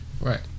Right